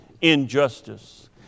injustice